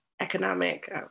economic